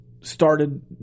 started